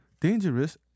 dangerous